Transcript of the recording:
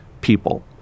people